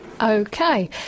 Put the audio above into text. Okay